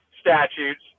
statutes